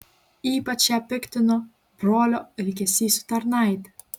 ypač ją piktino brolio elgesys su tarnaite